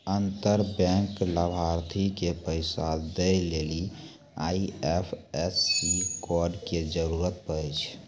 अंतर बैंक लाभार्थी के पैसा दै लेली आई.एफ.एस.सी कोड के जरूरत पड़ै छै